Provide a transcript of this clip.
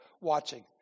watching